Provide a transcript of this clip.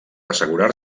assegurar